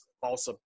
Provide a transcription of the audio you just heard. false